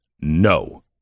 No